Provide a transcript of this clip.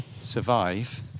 survive